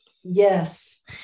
Yes